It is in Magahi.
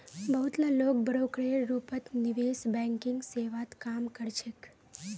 बहुत ला लोग ब्रोकरेर रूपत निवेश बैंकिंग सेवात काम कर छेक